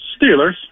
Steelers